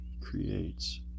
creates